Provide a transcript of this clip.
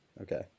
Okay